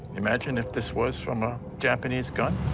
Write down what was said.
imagine if this was from a japanese gun?